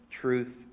truth